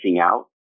out